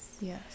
yes